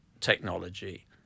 technology